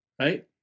right